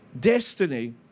destiny